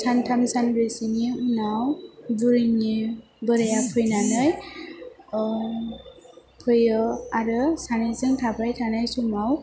सानथाम सानब्रैसोनि उनाव बुरैनि बोराया फैनानै फैयो आरो सानैजों थाबाय थानाय समाव